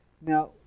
Now